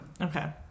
Okay